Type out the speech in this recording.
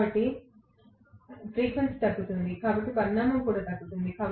కాబట్టి ఫ్రీక్వెన్సీ తగ్గుతుంది కాబట్టి పరిమాణం కూడా తగ్గుతుంది